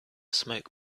smoke